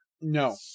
No